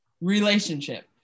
Relationship